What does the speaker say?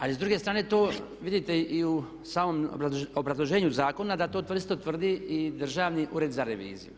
Ali s druge strane to vidite i u samom obrazloženju zakona da to isto tvrdi i Državni ured za reviziju.